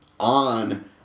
on